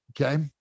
okay